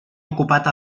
ocupat